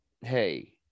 Hey